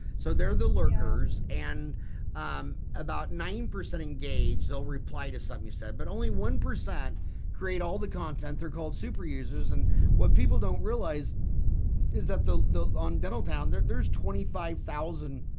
so they're the lurkers and about nine percent engaged they'll reply to something you said but only one percent create all the content they're called super users and what people don't realize is that the the on dentaltown there's twenty five thousand